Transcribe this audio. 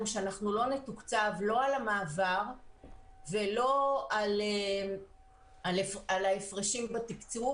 שאנחנו לא נתוקצב לא על המעבר ולא על ההפרשים בתקצוב.